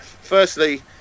firstly